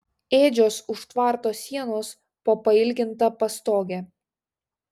ėdžios už tvarto sienos po pailginta pastoge